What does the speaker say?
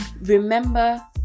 remember